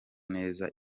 neza